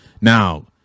Now